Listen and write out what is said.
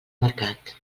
mercat